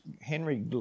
Henry